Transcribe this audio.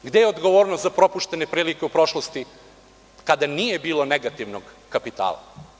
Gde je odgovornost za propuštene prilike u prošlosti kada nije bilo negativnog kapitala?